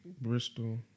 Bristol